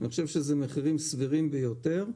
אני חושב שהם מחירים סבירים ביותר.